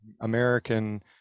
american